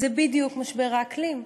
זה בדיוק משבר האקלים.